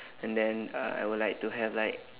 and then uh I would like to have like